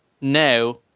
now